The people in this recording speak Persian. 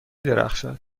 درخشد